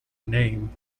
name